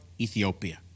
Ethiopia